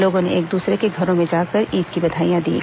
लोगों ने एक दूसरे के घरों में जाकर ईद की बधाईयां दीं